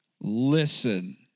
listen